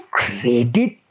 credit